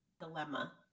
dilemma